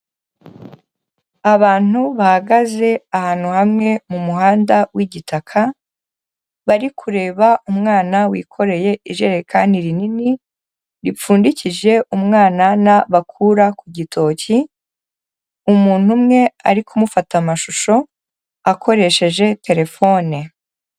Abantu bahagaze ahantu hamwe mu muhanda w'igitaka, bari kureba umwana wikoreye ijerekani rinini ripfundikije umwanana bakura ku gitoki, umuntu umwe ari kumufata amashusho akoresheje terefone.